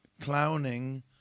clowning